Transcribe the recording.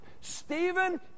Stephen